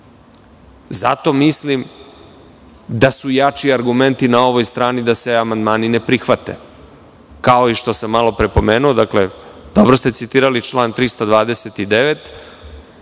Zato mislim da su jači argumenti na ovoj strani da se amandmani ne prihvate. Kao što sam i malopre pomenuo, dakle, dobro ste citirali član 329,